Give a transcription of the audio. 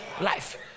Life